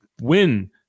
win